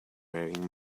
wearing